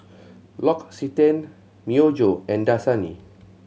L'Occitane Myojo and Dasani